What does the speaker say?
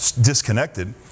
disconnected